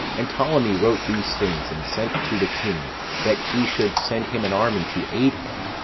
and ptolemee wrote these things, and sent to the king that he should send him an army to aid him,